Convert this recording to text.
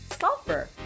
sulfur